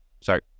sorry